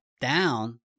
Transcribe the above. down